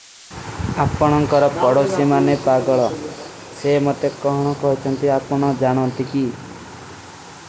ଆପନୋଂ କରୋ ପଡୋ ସେମାନେ ପାଗଡୋ। ସେମତେ କହାନୋଂ କୋଈ ଚଂତି ଆପନୋଂ ଜାନୋଂତୀ କୀ।